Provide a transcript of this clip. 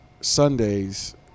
Sundays